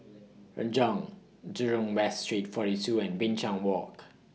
Renjong Jurong West Street forty two and Binchang Walk